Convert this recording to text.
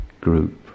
group